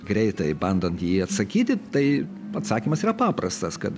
greitai bandant į jį atsakyti tai atsakymas yra paprastas kad